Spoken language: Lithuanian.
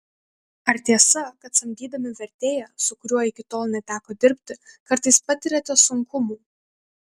ar tiesa kad samdydami vertėją su kuriuo iki tol neteko dirbti kartais patiriate sunkumų